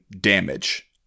damage